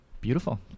Beautiful